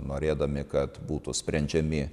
norėdami kad būtų sprendžiami